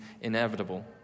inevitable